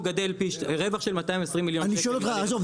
רווח של 220 מיליון שקל --- עזוב,